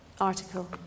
article